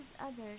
others